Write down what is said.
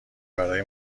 برای